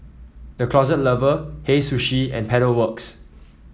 The Closet Lover Hei Sushi and Pedal Works